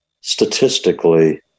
statistically